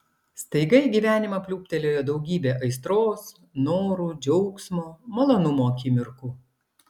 staiga į gyvenimą pliūptelėjo daugybė aistros norų džiaugsmo malonumo akimirkų